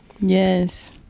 yes